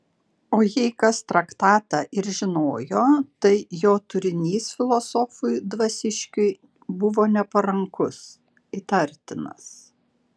o jei kas traktatą ir žinojo tai jo turinys filosofui dvasiškiui buvo neparankus įtartinas